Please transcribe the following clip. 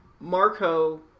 Marco